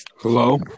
Hello